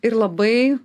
ir labai